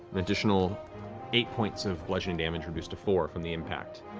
an additional eight points of bludgeoning damage, reduced to four, from the impact.